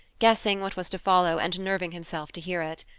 guessing what was to follow and nerving himself to hear it.